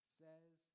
says